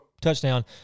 touchdown